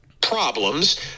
problems